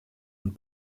und